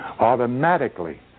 automatically